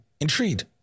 intrigued